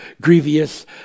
grievous